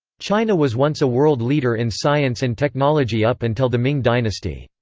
china was once a world leader in science and technology up until the ming dynasty.